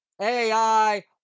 AI